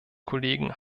kollegen